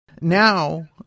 now